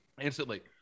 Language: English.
instantly